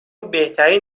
بهترین